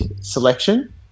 selection